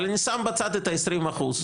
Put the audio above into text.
אבל אני שם בצד את העשרים אחוז.